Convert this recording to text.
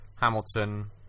Hamilton